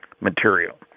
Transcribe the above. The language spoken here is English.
material